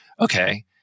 Okay